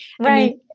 Right